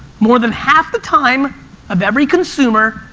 more than half the time of every consumer,